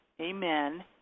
amen